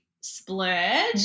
splurge